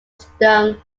stone